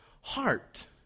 heart